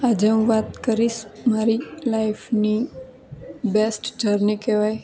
આજે હું વાત કરીશ મારી લાઈફની બેસ્ટ જર્ની કહેવાય